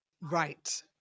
Right